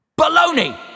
baloney